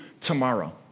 tomorrow